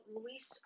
Luis